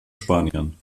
spanien